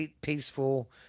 peaceful